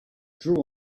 drew